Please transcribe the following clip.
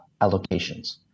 allocations